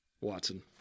Watson